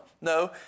No